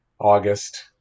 August